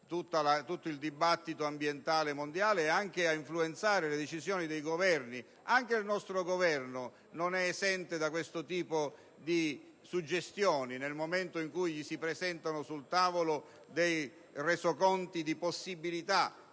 tutto il dibattito ambientale mondiale ed anche ad influenzare le decisioni dei Governi. Anche il nostro Governo non è esente da questo tipo di suggestioni, nel momento in cui gli si presentano sul tavolo resoconti di possibilità